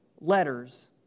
letters